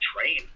train